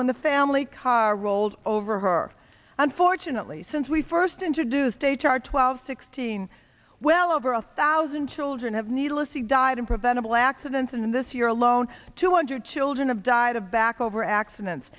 when the family car rolled over her unfortunately since we first introduced h r twelve sixteen well over a thousand children have needlessly died in preventable accidents in this year alone two hundred children have died of back over accidents